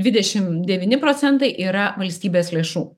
dvidešim devyni procentai yra valstybės lėšų